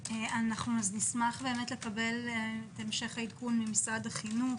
נשמח לקבל את המשך העדכון ממשרד החינוך